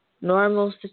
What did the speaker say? normal